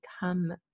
become